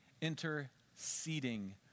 interceding